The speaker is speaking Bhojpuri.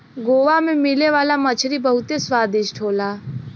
गोवा में मिले वाला मछरी बहुते स्वादिष्ट होला